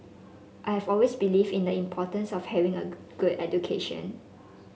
I have always believed in the importance of having a good education